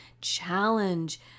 challenge